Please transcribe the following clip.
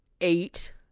eight